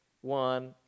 one